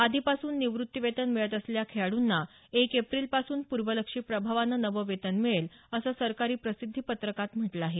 आधीपासून निवृत्ती वेतन मिळत असलेल्या खेळाडूंना एक एप्रिलपासून पूर्वलक्ष्यी प्रभावानं नवं वेतन मिळेल असं सरकारी प्रसिद्धी पत्रकात म्हटलं आहे